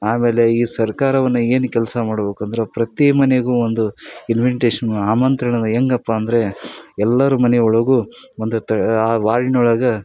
ಆಮೇಲೆ ಈ ಸರ್ಕಾರವನ್ನು ಏನು ಕೆಲಸ ಮಾಡ್ಬೇಕಂದ್ರೆ ಪ್ರತಿ ಮನೆಗೂ ಒಂದು ಇನ್ವೆಂಟೇಶನ್ನು ಆಮಂತ್ರಣದ ಹೆಂಗಪ್ಪ ಅಂದರೆ ಎಲ್ಲರೂ ಮನೆ ಒಳಗೂ ಒಂದು ತ ಆ ವಾರ್ಲ್ಡ್ನೊಳಗೆ